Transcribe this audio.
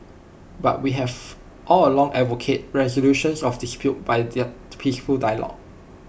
but we have all along advocated resolution of disputes by there peaceful dialogue